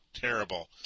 Terrible